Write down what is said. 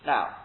Now